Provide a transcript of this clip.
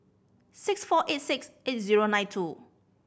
six four eight six eight zero nine two